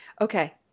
Okay